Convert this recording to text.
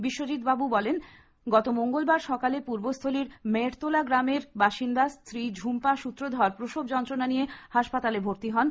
বিশ্বজিতবাবু বলেন গত মঙ্গলবার সকালে পূর্বস্হলীর মেড়তলা গ্রামের বাসিন্দা স্ত্রী ঝুম্পা সূত্রধর প্রসব যন্ত্রণা নিয়ে হাসপাতালে ভর্তি হন